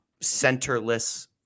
centerless